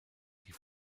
die